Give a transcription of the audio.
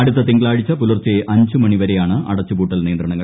അടുത്ത തിങ്കളാഴ്ച പുലർച്ചെ അഞ്ച് മണിവരെയാണ് അടച്ചുപൂട്ടൽ നിയന്ത്രണങ്ങൾ